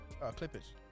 Clippers